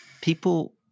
people